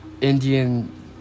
Indian